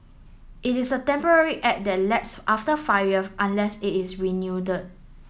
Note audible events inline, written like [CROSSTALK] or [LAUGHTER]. it is a temporary act that lapse after five year unless it is renew [UNINTELLIGIBLE]